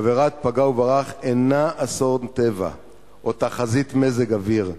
עבירת פגע וברח אינה אסון טבע או תחזית מזג אוויר,